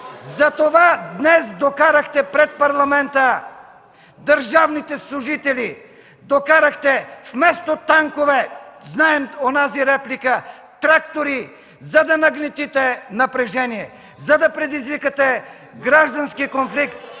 Затова днес докарахте пред парламента държавните служители, докарахте вместо танкове, знаем онази реплика, трактори, за да нагнетите напрежение, за да предизвикате граждански конфликт.